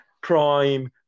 prime